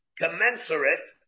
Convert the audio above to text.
commensurate